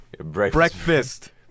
Breakfast